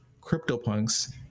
CryptoPunks